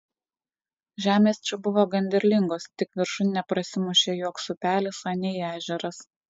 žemės čia buvo gan derlingos tik viršun neprasimušė joks upelis anei ežeras